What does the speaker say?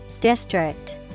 District